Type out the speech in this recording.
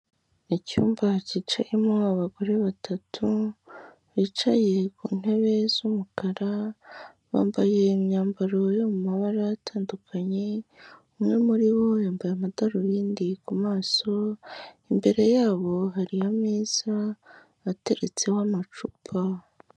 Icyumba kicayemo abagore batatu bicaye ku ntebe z'umukara bambaye imyambaro yo mu mabara atandukanye umwe muri bo yambaye amadarubindi ku maso imbere yabo hari ameza ateretseho amacupa.